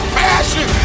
passion